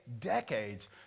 decades